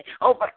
over